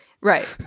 Right